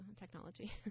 technology